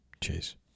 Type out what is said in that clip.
Cheers